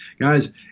guys